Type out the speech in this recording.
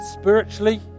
spiritually